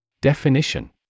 Definition